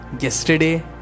Yesterday